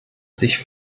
sich